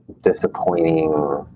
disappointing